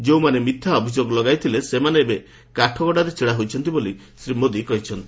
ଯେଉଁମାନେ ମିଥ୍ୟା ଅଭିଯୋଗ ଲଗାଇଥିଲେ ସେମାନେ ଏବେ କାଠଗଡ଼ାରେ ଛିଡ଼ା ହୋଇଛନ୍ତି ବୋଲି ଶ୍ରୀ ମୋଦି କହିଛନ୍ତି